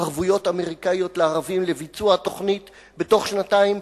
ערבויות אמריקניות לערבים לביצוע התוכנית בתוך שנתיים.